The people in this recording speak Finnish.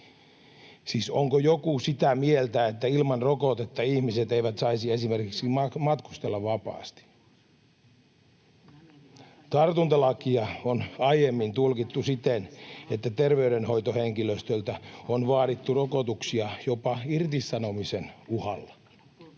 Siis onko joku sitä mieltä, että ilman rokotetta ihmiset eivät saisi esimerkiksi matkustella vapaasti? Tartuntalakia on aiemmin tulkittu siten, että terveydenhoitohenkilöstöltä on vaadittu rokotuksia jopa irtisanomisen uhalla.